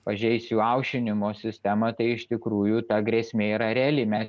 pažeis jų aušinimo sistemą tai iš tikrųjų ta grėsmė yra reali mes